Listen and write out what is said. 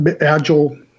agile